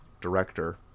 director